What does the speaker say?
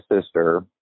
sister